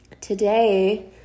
today